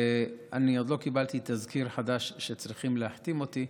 אני עוד לא קיבלתי תזכיר חדש שצריכים להחתים אותי,